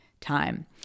time